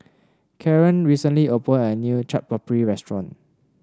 Karren recently opened a new Chaat Papri restaurant